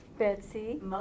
Betsy